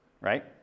right